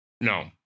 No